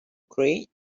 create